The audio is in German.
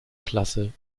klasse